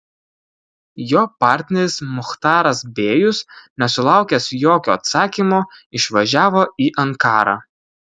jo partneris muchtaras bėjus nesulaukęs jokio atsakymo išvažiavo į ankarą